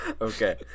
okay